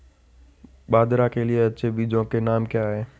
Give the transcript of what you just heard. बाजरा के लिए अच्छे बीजों के नाम क्या हैं?